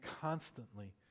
constantly